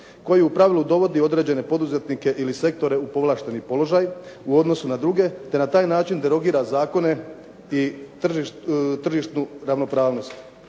koji u pravilu dovodi određene poduzetnike ili sektore u povlašteni položaj u odnosu na druge te na taj način derogira zakone i tržišnu ravnopravnost.